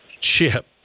Chip